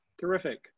Terrific